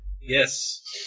Yes